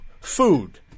food